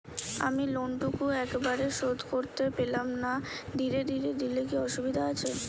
আমি লোনটুকু একবারে শোধ করতে পেলাম না ধীরে ধীরে দিলে কি অসুবিধে আছে?